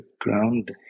ground